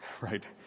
right